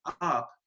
up